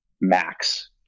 max